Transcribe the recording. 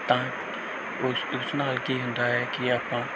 ਤਾਂ ਉਸ ਉਸ ਨਾਲ ਕੀ ਹੁੰਦਾ ਹੈ ਕਿ ਆਪਾਂ